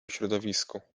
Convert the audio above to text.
środowisku